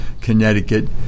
Connecticut